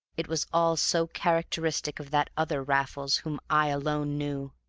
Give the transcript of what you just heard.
it was all so characteristic of that other raffles whom i alone knew!